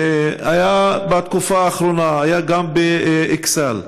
היה בתקופה האחרונה גם באכסאל,